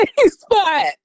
spot